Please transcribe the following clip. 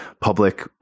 public